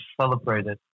celebrated